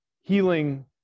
Healing